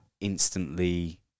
instantly